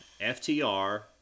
FTR